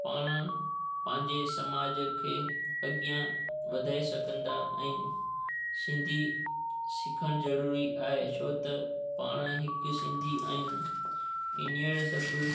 पाण पंहिंजे समाज खे अॻियां वधाए सघंदा आहियूं सिंधी सिखणु ज़रूरी आहे छो त पाण हिकु सिंधी आहियूं हींअर सभु